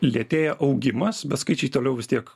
lėtėja augimas bet skaičiai toliau vis tiek